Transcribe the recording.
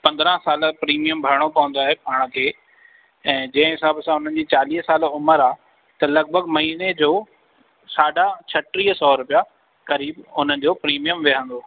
पंदरहां साल प्रीमियम भरिणो पवंदो आहे पाण खे ऐं जंहिं हिसाब सां हुननि जी चालीह साल उमिरि आहे त लॻिभॻि महीने जो साढा छटीह सौ रुपया क़रीबु हुनजो प्रीमियम विहंदो